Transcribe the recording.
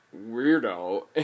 weirdo